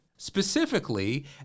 Specifically